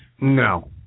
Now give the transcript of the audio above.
No